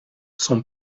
son